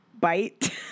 bite